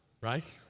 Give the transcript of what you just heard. right